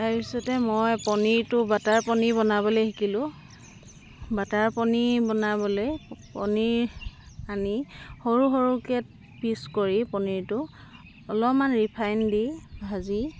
তাৰপাছতে মই পনীৰটো বাটাৰ পনীৰ বনাবলৈ শিকিলোঁ বাটাৰ পনীৰ বনাবলৈ পনীৰ আনি সৰু সৰুকৈ পিচ কৰি পনীৰটো অলপমান ৰিফাইন দি ভাজি